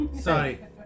Sorry